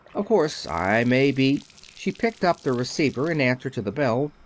of course, i may be she picked up the receiver in answer to the bell.